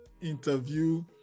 interview